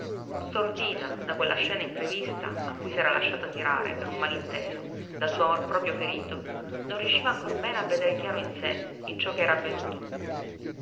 stordita da quella scena imprevista a cui s'era lasciata tirare per un malinteso dal suo amor proprio ferito non riusciva ancor bene a veder chiaro in sé in ciò che era avvenuto